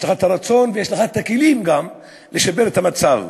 יש לך הרצון ויש לך גם הכלים לשפר את המצב.